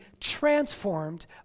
transformed